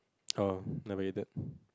!oh! never ate it